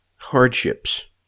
hardships